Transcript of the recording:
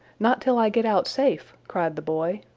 not till i get out safe, cried the boy.